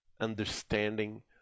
understanding